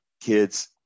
kids